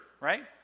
right